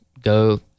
go